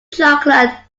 chocolate